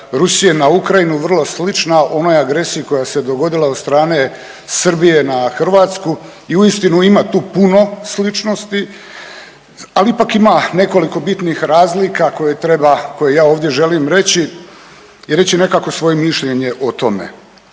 Rusije na Ukrajinu vrlo slična onoj agresiji koja se dogodila od strane Srbije na Hrvatsku i uistinu ima tu puno sličnosti, ali ipak ima nekoliko bitnih razlika koje treba, koje ja ovdje želim reći i reći nekakvo svoje mišljenje o tome.